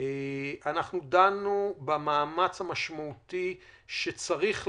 דנו במאמץ המשמעותי שצריך להיעשות,